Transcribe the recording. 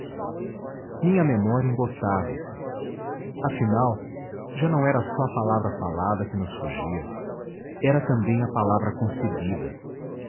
minha memória embotava se afinal já não era só a palavra falada que nos fugia era também a palavra concebida